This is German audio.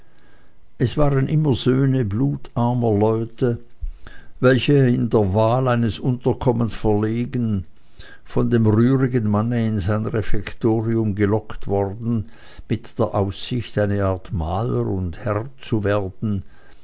es waren immer söhne blutarmer leute welche in der wahl eines unterkommens verlegen von dem rührigen manne in sein refektorium gelockt worden mit der aussicht eine art maler und herren zu werden